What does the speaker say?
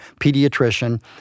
pediatrician